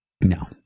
no